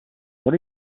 are